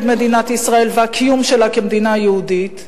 מדינת ישראל והקיום שלה כמדינה יהודית.